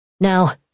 Now